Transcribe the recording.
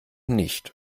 nicht